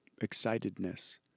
excitedness